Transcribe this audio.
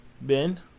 Ben